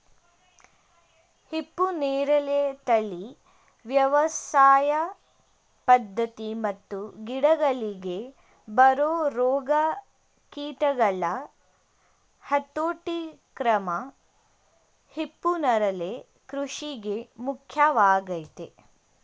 ಹಿಪ್ಪುನೇರಳೆ ತಳಿ ವ್ಯವಸಾಯ ಪದ್ಧತಿ ಮತ್ತು ಗಿಡಗಳಿಗೆ ಬರೊ ರೋಗ ಕೀಟಗಳ ಹತೋಟಿಕ್ರಮ ಹಿಪ್ಪುನರಳೆ ಕೃಷಿಗೆ ಮುಖ್ಯವಾಗಯ್ತೆ